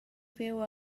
fyw